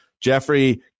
Jeffrey